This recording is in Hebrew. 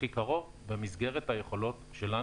במסגרת היכולות שלנו.